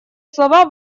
слова